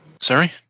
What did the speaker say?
sorry